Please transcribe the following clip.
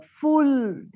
full